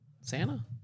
Santa